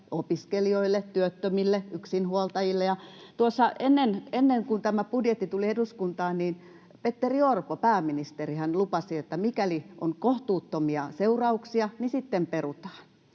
opiskelijoille, työttömille, yksinhuoltajille. Ennen kuin tämä budjetti tuli eduskuntaan, niin Petteri Orpohan, pääministeri, lupasi, että mikäli on kohtuuttomia seurauksia, niin sitten perutaan.